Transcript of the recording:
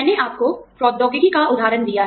मैंने आपको प्रौद्योगिकी का उदाहरण दिया है